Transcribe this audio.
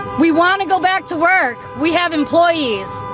we want to go back to work. we have employees.